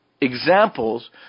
examples